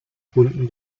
kunden